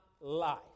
life